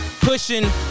pushing